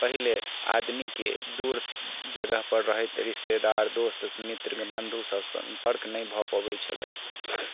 पहिले आदमीके दूर जगह पर रहैत रिश्तेदार मित्र बन्धूसँ सम्पर्क नहि भऽ पबैत छलै